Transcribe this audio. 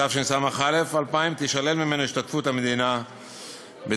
התשס"א 2000, תישלל ממנו השתתפות המדינה בתקציבו.